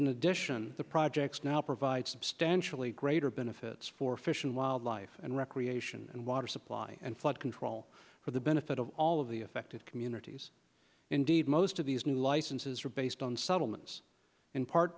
in addition the projects now provide substantially greater benefits for fish and wildlife and recreation and water supply and flood control for the benefit of all of the affected communities indeed most of these new licenses are based on settlements in part